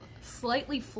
slightly